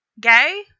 gay